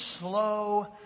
slow